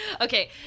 Okay